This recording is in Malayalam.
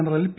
general P